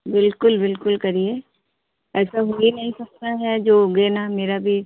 बिल्कुल बिल्कुल करिए ऐसा हो ही नहीं सकता है जो उगे न मेरा बीज